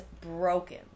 broken